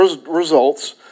results